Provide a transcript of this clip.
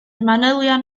manylion